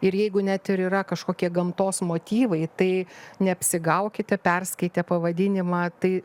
ir jeigu net ir yra kažkokie gamtos motyvai tai neapsigaukite perskaitę pavadinimą tai